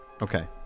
okay